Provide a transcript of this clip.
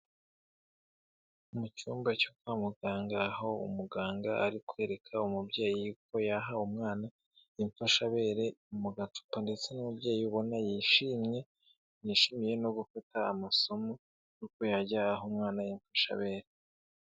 Mu cyumba cyo kwa muganga aho umuganga ari kwereka umubyeyi uko yaha umwana imfashabere mu gacupa ndetse n'umubyeyi ubona yishimye, yishimiye no gufata amasomo y'uko yajya aha umwana imfashabera.